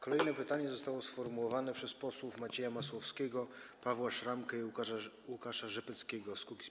Kolejne pytanie zostało sformułowane przez posłów Macieja Masłowskiego, Pawła Szramkę i Łukasza Rzepeckiego z Kukiz’15.